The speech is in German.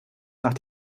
nach